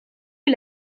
est